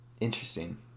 Interesting